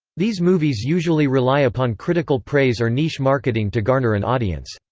these movies usually rely upon critical praise or niche marketing to garner an audience.